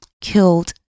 killed